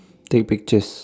take pictures